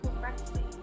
correctly